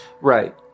Right